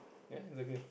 ya exactly